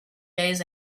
days